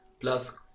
Plus